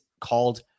called